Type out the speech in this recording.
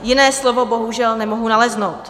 Jiné slovo bohužel nemohu naleznout.